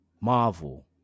marvel